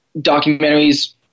documentaries